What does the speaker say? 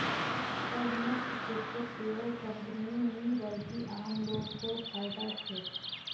करमुक्त क्षेत्रत केवल कंपनीय नी बल्कि आम लो ग को फायदा छेक